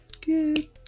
Good